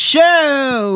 Show